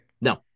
No